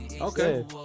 Okay